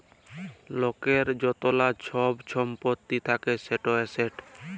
লকের য্তলা ছব ছম্পত্তি থ্যাকে সেট এসেট